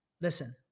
listen